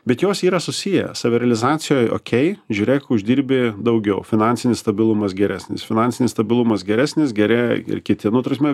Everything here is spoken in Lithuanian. bet jos yra susiję savirealizacija okei žiūrėk uždirbi daugiau finansinis stabilumas geresnis finansinis stabilumas geresnis gerėja ir kiti nu ta prasme